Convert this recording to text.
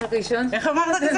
אני מעביר את רשות